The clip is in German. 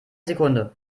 sekunde